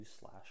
slash